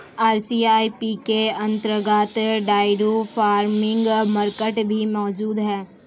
RCEP के अंतर्गत dairy farming market भी मौजूद है